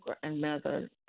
grandmother